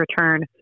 return